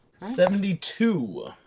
Seventy-two